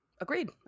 agreed